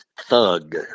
thug